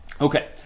Okay